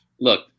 Look